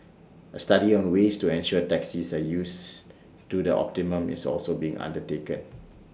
A study on the ways to ensure taxis are used to the optimum is also being undertaken